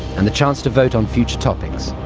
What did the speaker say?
and the chance to vote on future topics,